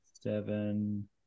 seven